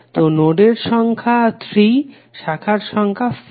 তো নোডের সংখ্যা 3 শাখার সংখ্যা 5